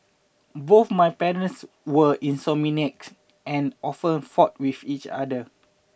both my parents were insomniacs and often fought with each other